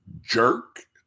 Jerk